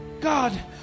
God